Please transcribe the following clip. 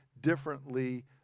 differently